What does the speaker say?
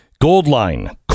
Goldline